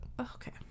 Okay